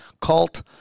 cult